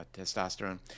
testosterone